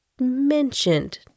mentioned